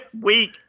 week